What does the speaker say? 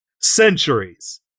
Centuries